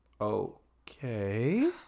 Okay